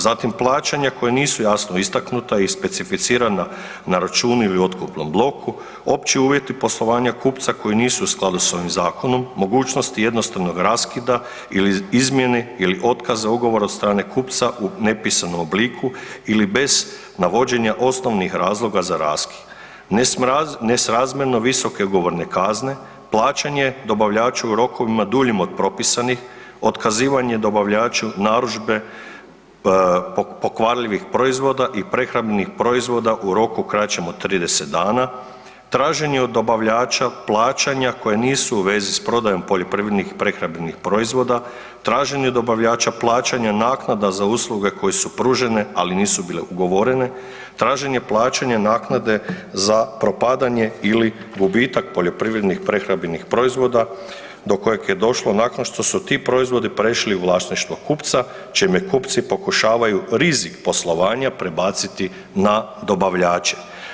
Zatim plaćanja koja nisu jasno istaknuta i specificirana na računu ili otkupnom bloku, opći uvjeti poslovanja kupca koji nisu u skladu s ovim zakonom, mogućnosti jednostavnog raskida ili izmjene ili otkaza ugovora od strane kupca u nepisanom obliku ili bez navođenja osnovnih razloga za raskid, nesrazmjerno visoke ugovorne kazne, plaćanje dobavljaču u rokovima duljim od propisanim, otkazivanje dobavljaču narudžbe pokvarljivih proizvoda i prehrambenih proizvoda u roku kraćem od 30 dana, traženje od dobavljača plaćanja koja nisu u vezi s prodajom poljoprivrednih prehrambenih proizvoda, traženje od dobavljača plaćanje naknada za usluge koje su pružene ali nisu bile ugovorene, traženje plaćanja naknade za propadanje ili gubitak poljoprivrednih prehrambenih proizvoda do kojeg je došlo nakon što su ti proizvodi prešli u vlasništvo kupca čime kupci pokušavaju rizik poslovanja prebaciti na dobavljače.